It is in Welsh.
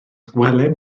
gwelem